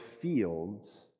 fields